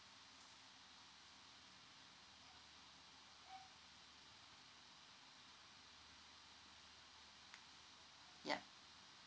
yup